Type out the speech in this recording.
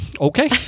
okay